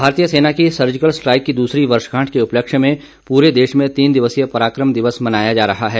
भारतीय सेना की सर्जिकल स्ट्राइक की दूसरी वर्षगांठ के उपलक्ष्य में पूरे देश में तीन दिवसीय पराक्रम दिवस मनाया जा रहा है